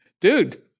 Dude